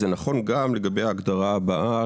זה נכון גם לגבי ההגדרה הבאה,